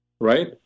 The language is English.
right